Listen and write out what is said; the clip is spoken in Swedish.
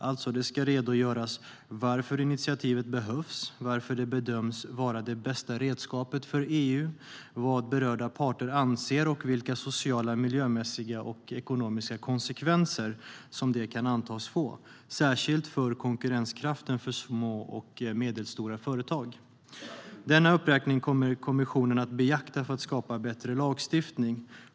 Det ska alltså redogöras för varför initiativet behövs, varför det bedöms vara det bästa redskapet för EU, vad berörda parter anser och vilka sociala, miljömässiga och ekonomiska konsekvenser som det kan antas få, särskilt för konkurrenskraften för små och medelstora företag. Denna uppräkning kommer kommissionen att beakta för att skapa bättre lagstiftning.